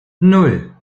nan